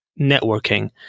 networking